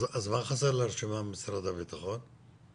אז מה חסר לרשימה למשרד הבטחון?